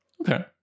Okay